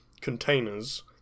containers